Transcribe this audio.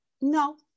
no